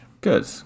Good